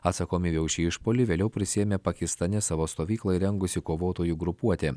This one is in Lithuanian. atsakomybę už šį išpuolį vėliau prisiėmė pakistane savo stovyklą įrengusi kovotojų grupuotė